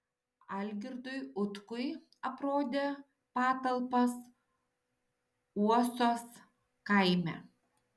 algirdui utkui aprodė patalpas uosos kaime